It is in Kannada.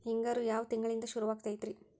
ಹಿಂಗಾರು ಯಾವ ತಿಂಗಳಿನಿಂದ ಶುರುವಾಗತೈತಿ?